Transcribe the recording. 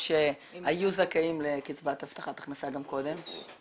שהיו זכאים לקצבת הבטחת הכנסה גם קודם?